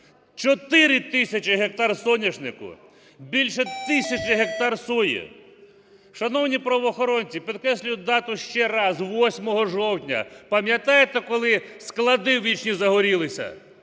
4 тисячі гектар соняшнику, більше тисячі гектар сої. Шановні правоохоронці, підкреслюю дату ще раз: 8 жовтня. Пам'ятаєте, коли склади в Ічні загорілися?